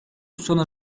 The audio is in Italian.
sono